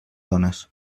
dones